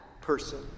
person